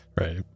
right